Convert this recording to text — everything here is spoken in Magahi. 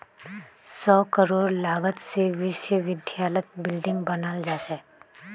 सौ करोड़ लागत से विश्वविद्यालयत बिल्डिंग बने छे